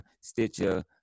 Stitcher